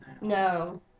no